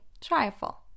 trifle